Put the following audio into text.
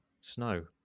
snow